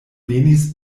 venis